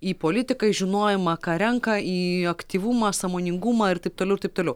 į politiką į žinojimą ką renka į aktyvumą sąmoningumą ir taip toliau ir taip toliau